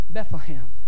Bethlehem